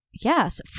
yes